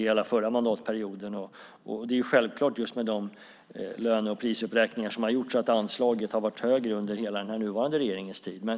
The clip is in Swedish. den förra mandatperioden. Med de löne och prisuppräkningar som har gjorts är det klart att anslaget har varit högre under den nuvarande regeringens tid.